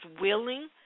willing